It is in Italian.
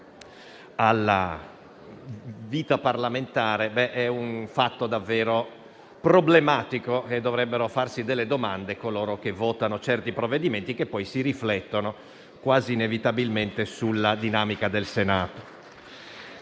alla vita parlamentare è un fatto davvero problematico e dovrebbero farsi delle domande coloro che votano certi provvedimenti che poi si riflettono quasi inevitabilmente sulla dinamica del Senato.